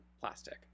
plastic